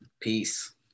peace